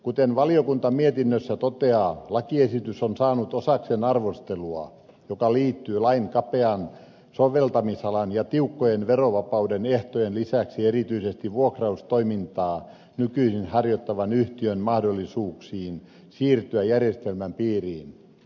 kuten valiokunta mietinnössä toteaa lakiesitys on saanut osakseen arvostelua joka liittyy lain kapean soveltamisalan ja tiukkojen verovapauden ehtojen lisäksi erityisesti vuokraustoimintaa nykyisin harjoittavan yhtiön mahdollisuuksiin siirtyä järjestelmän piiriin